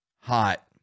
hot